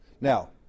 Now